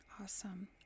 Awesome